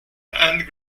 and